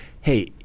hey